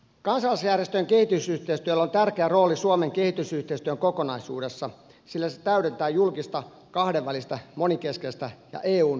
kansalaisjärjestöjen kehitysyhteistyöllä on tärkeä rooli suomen kehitysyhteistyön kokonaisuudessa sillä se täydentää julkista kahdenvälistä monikeskeistä ja eun kehitysyhteistyötä